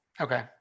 Okay